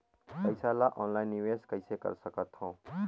पईसा ल ऑनलाइन निवेश कइसे कर सकथव?